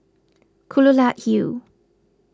Kelulut Hill